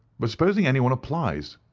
but supposing anyone applies,